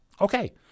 Okay